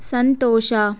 ಸಂತೋಷ